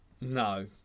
No